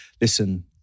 listen